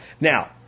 Now